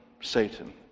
Satan